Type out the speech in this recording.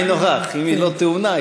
היינו הך: אם היא לא תאונה,